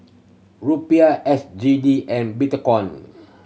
Rupiah S G D and Bitcoin